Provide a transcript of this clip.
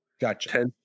Gotcha